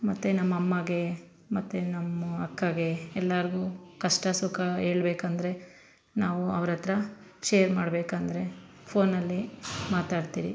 ಮತ್ತು ನಮ್ಮಮ್ಮಾಗೆ ಮತ್ತು ನಮ್ಮ ಅಕ್ಕಗೆ ಎಲ್ಲರ್ಗು ಕಷ್ಟ ಸುಖ ಹೇಳ್ಬೇಕಂದ್ರೆ ನಾವು ಅವ್ರ ಹತ್ರ ಶೇರ್ ಮಾಡಬೇಕಂದ್ರೆ ಫೋನಲ್ಲಿ ಮಾತಾಡ್ತೀರಿ